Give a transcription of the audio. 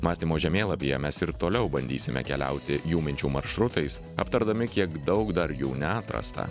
mąstymo žemėlapyje mes ir toliau bandysime keliauti jų minčių maršrutais aptardami kiek daug dar jų neatrasta